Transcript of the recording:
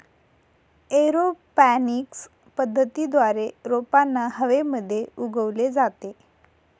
aeroponics पद्धतीद्वारे रोपांना हवेमध्ये उगवले जाते